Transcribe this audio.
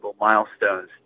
milestones